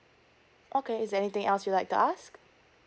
okay is there anything else you like to ask